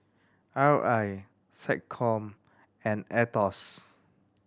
R I SecCom and Aetos